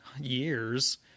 years